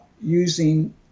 Using